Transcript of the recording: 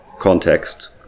context